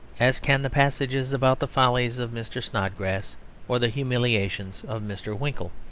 as can the passages about the follies of mr. snodgrass or the humiliations of mr. winkle.